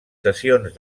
sessions